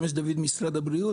שמש דוד משרד הבריאות,